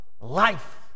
life